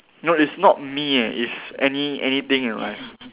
no it's not me eh it's any~ anything in your life